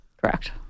correct